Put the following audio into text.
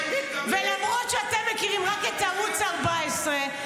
ולמרות שאתם מכירים רק את ערוץ 14,